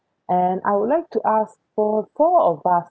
and I would like to ask for four of us